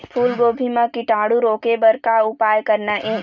फूलगोभी म कीटाणु रोके बर का उपाय करना ये?